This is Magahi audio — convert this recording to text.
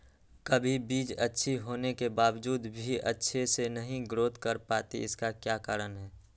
कभी बीज अच्छी होने के बावजूद भी अच्छे से नहीं ग्रोथ कर पाती इसका क्या कारण है?